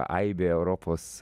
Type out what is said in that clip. aibė europos